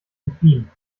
entfliehen